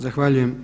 Zahvaljujem.